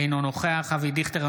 אינו נוכח אבי דיכטר,